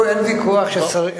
ואז הוא יעכב אותך.